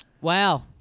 Wow